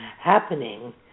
happening